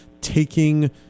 taking